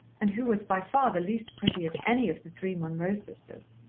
and who was by far the least pretty of any of the three munroe sisters.